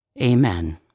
Amen